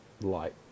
light